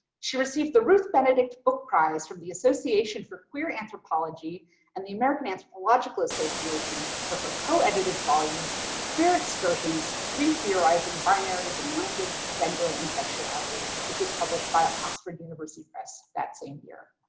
she received the ruth benedict book prize from the association for queer anthropology and the american anthropological association for her co-edited volume queer excursions retheorizing binaries in language, gender, and sexuality which was published by oxford university press that same year.